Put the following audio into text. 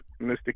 Mr